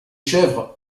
chèvres